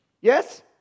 Yes